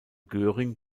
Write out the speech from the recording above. göring